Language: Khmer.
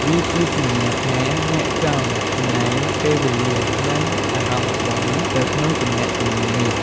វាជាសញ្ញាថាអ្នកចង់ចំណាយពេលវេលា និងអារម្មណ៍របស់អ្នកទៅក្នុងទំនាក់ទំនងនេះ។